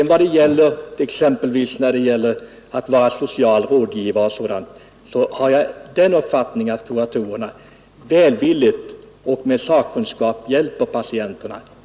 När det gäller exempelvis rådgivningen i sociala och andra frågor har jag däremot den uppfattningen att kuratorerna välvilligt och med sakkunskap hjälper patienterna.